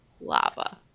lava